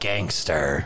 Gangster